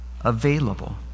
available